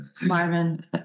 marvin